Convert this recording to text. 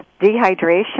dehydration